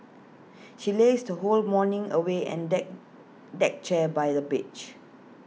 she lazed her whole morning away and deck deck chair by the beach